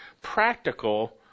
practical